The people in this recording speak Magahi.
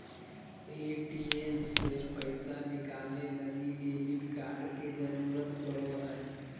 ए.टी.एम से पैसा निकाले लगी डेबिट कार्ड के जरूरत पड़ो हय